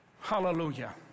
Hallelujah